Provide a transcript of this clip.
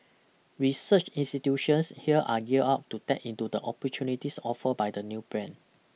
research institutions here are gear up to tap into the opportunities offer by the new plan